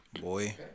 Boy